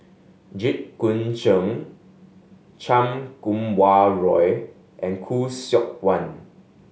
Jit Koon Ch'ng Chan Kum Wah Roy and Khoo Seok Wan